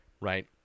right